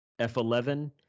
f11